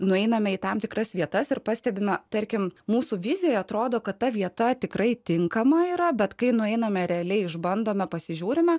nueiname į tam tikras vietas ir pastebima tarkim mūsų vizija atrodo kad ta vieta tikrai tinkama yra bet kai nueiname realiai išbandome pasižiūrime